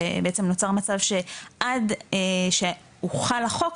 בעצם נוצר מצב שעד שהוחל החוק,